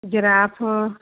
giraffe